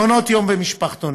מעונות יום ומשפחתונים,